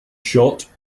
shot